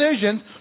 decisions